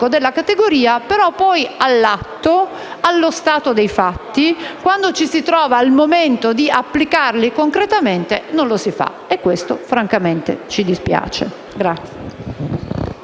della categoria; però poi, all'atto pratico e allo stato dei fatti, quando ci si trova al momento di applicarli concretamente non lo si fa. E questo francamente ci dispiace.